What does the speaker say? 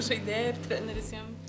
žaidėjai ir treneris jiem